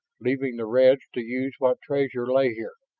leaving the reds to use what treasure lay here.